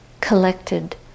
collected